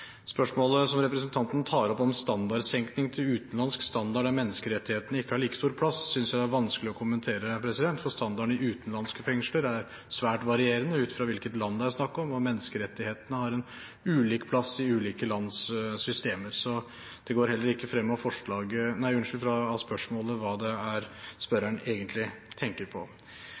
Spørsmålet som representanten tar opp om standardsenkning til «utenlandsk standard, der menneskerettighetene ikke har like stor plass», synes jeg det er vanskelig å kommentere, for standarden i utenlandske fengsler er svært varierende ut fra hvilket land det er snakk om, og menneskerettighetene har en ulik plass i ulike lands systemer. Det går heller ikke frem av spørsmålet hva spørreren egentlig tenker på. Standarden i norske fengsler er også sterkt varierende, men det er naturligvis slik at menneskerettighetene skal ivaretas på